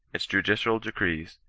its judicial decrees,